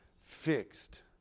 fixed